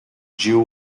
jew